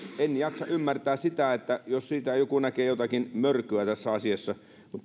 en jaksa ymmärtää sitä jos joku näkee jotakin mörköä tässä asiassa